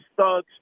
thugs